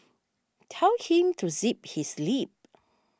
tell him to zip his lip